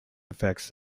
effects